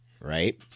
right